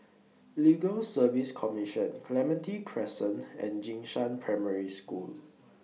Legal Service Commission Clementi Crescent and Jing Shan Primary School